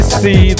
see